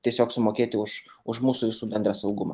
tiesiog sumokėti už už mūsų visų bendrą saugumą